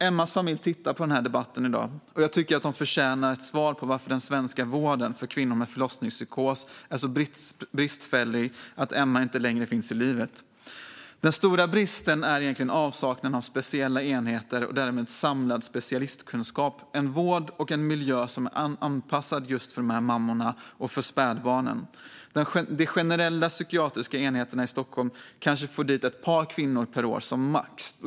Emmas familj tittar på den här debatten i dag, och jag tycker att de förtjänar ett svar på varför den svenska vården för kvinnor med förlossningspsykos är så bristfällig att Emma inte längre finns i livet. Den stora bristen är egentligen avsaknaden av speciella enheter och därmed samlad specialistkunskap, en vård och en miljö som är anpassad just för de här mammorna och för spädbarnen. De generella psykiatriska enheterna i Stockholm kanske får dit ett par kvinnor per år som max.